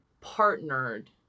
partnered